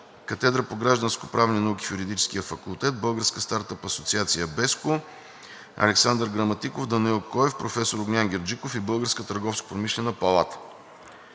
Катедрата по гражданскоправни науки в Юридическия факултет, Българска стартъп асоциация BESCO, Александър Граматиков, Данаил Коев, професор Огнян Герджиков и Българската търговско-промишлена палата.